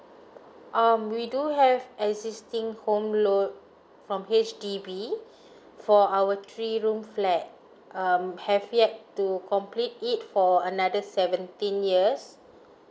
um we do have existing home loan from H_D_B for our three room flat um have yet to complete it for another seventeen years